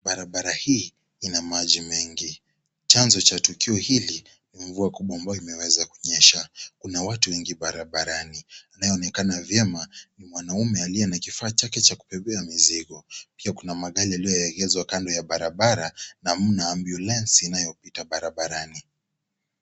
Barabara hii ina maji mengi. Chanzo cha tukio hili ni mvua kubwa ambayo imeweza kunyesha kuna watu wengi barabarani. Inayoonekana vyema ni mwanaume aliye na kifaa chake cha kubebea mizigo. Pia kuna magari yaliyoegezwa kando ya barabara na mna ambulensi inayopita barabarani.